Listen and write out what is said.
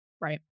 Right